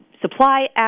supply